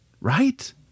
right